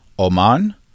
Oman